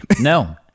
No